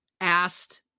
asked